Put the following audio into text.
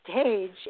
stage